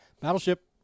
Battleship